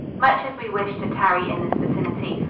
much as we wished to tarry in this vicinity,